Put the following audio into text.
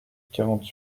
quarante